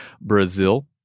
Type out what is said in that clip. Brazil